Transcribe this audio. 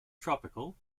tropical